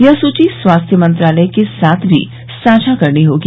यह सूची स्वास्थ्य मंत्रालय के साथ भी साझा करनी होगी